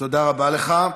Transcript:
תודה רבה לך.